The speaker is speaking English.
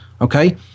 okay